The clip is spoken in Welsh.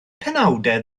penawdau